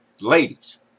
ladies